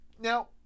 Now